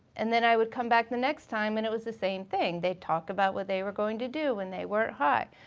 and then i would come back the next time and it was the same thing. they'd talk about what they were going to do when they weren't high.